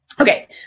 Okay